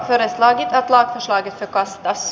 mielestäni maksoi city coastas